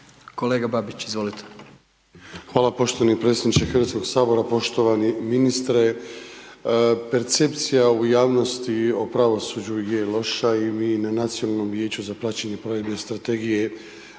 **Babić, Ante (HDZ)** Hvala poštovani predsjedniče Hrvatskog sabora. Poštovani ministre, percepcije au javnosti o pravosuđu je loša i mi na nacionalnom vijeću za praćenje provedene strategije